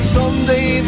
Someday